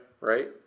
Right